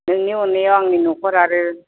नोंनि अननायाव आंनि न'खर आरो